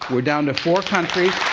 we're down to four countries.